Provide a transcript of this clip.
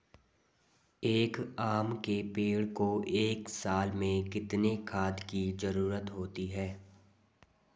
एक आम के पेड़ को एक साल में कितने खाद की जरूरत होती है?